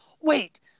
wait